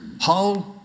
whole